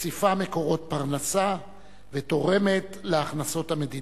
מוסיפה מקורות פרנסה ותורמת להכנסות המדינה.